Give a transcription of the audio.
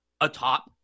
atop